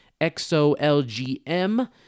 XOLGM